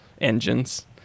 engines